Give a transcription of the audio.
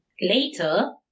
Later